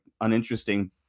uninteresting